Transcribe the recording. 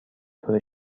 طور